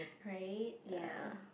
right ya